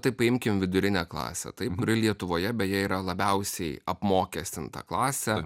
tai paimkim vidurinę klasę taip kuri lietuvoje beje yra labiausiai apmokestinta klasė